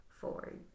forward